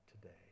today